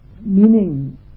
meaning